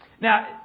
Now